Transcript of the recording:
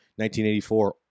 1984